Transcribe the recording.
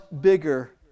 bigger